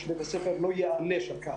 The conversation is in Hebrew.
שבית הספר לא ייענש על כך.